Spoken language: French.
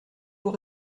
vous